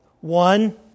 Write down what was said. One